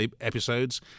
episodes